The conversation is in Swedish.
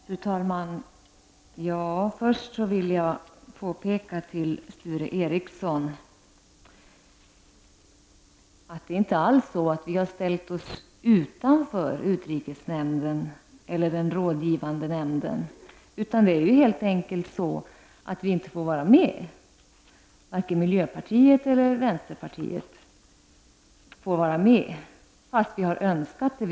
Fru talman! Först vill jag säga till Sture Ericson att det inte alls är så, att vi har ställt oss utanför utrikesnämnden eller den rådgivande nämnden. I stället är det helt enkelt så, att vi inte får vara med -- varken miljöpartiet eller vänsterpartiet får alltså vara med, trots att vi har sagt att vi vill det.